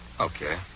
Okay